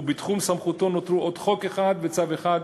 ובתחום סמכותו נותרו עוד חוק אחד וצו אחד.